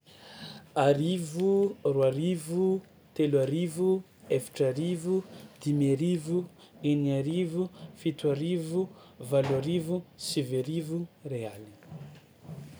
Arivo, roa arivo, telo arivo, efatra arivo, dimy arivo, enigna arivo, fito arivo, valo arivo, sivy arivo, ray aligna.